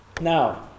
Now